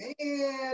man